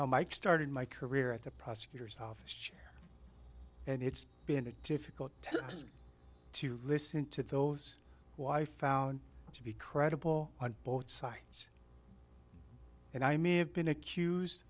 now mike started my career at the prosecutor's office chair and it's been a difficult task to listen to those why found to be credible on both sides and i may have been accused